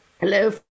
Hello